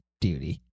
Duty